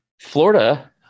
Florida